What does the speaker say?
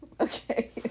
Okay